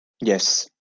Yes